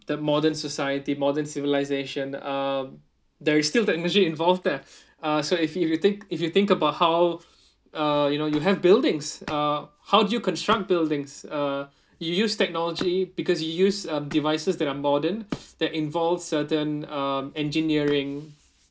the modern society modern civilization um there is still technology involved there uh so if you think if you think about how uh you know you have buildings uh how do you construct buildings uh you use technology because you use um devices that are modern that involve certain uh engineering